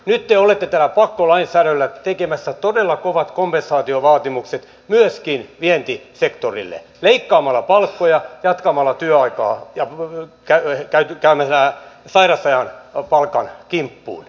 nyt te olette tällä pakkolainsäädännöllä tekemässä todella kovat kompensaatiovaatimukset myöskin vientisektorille leikkaamalla palkkoja jatkamalla työaikaa ja käymällä sairausajan palkan kimppuun